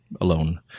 alone